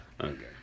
Okay